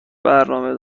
برنامه